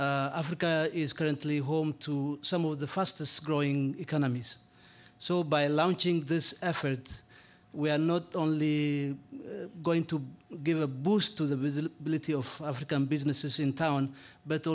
recession africa is currently home to some of the fastest growing economies so by launching this effort we are not only going to give a boost to the visibility of african businesses in town but